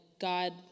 God